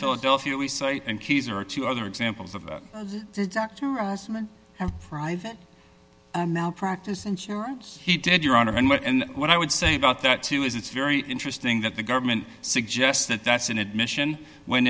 philadelphia we cite and keys are two other examples of how private malpractise insurance he did your honor and what and what i would say about that too is it's very interesting that the government suggests that that's an admission when